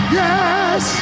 yes